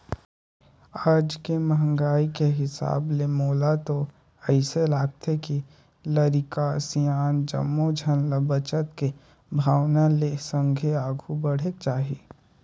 आज के महंगाई के हिसाब ले मोला तो अइसे लागथे के लरिका, सियान जम्मो झन ल बचत के भावना ले संघे आघु बढ़ेक चाही